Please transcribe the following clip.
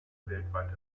weltweit